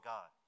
God